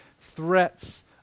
threats